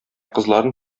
кызларын